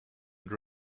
and